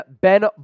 Ben